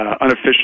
unofficial